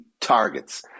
targets